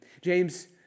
James